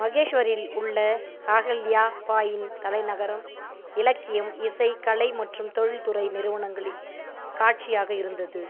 மகேஷ்வரில் உள்ள ஆஹல்யா பாயின் தலைநகரம் இலக்கியம் இசை கலை மற்றும் தொழில்துறை நிறுவனங்களின் காட்சியாக இருந்தது